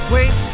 Wait